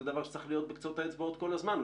זה דבר שצריך להיות בקצות האצבעות כל הזמן.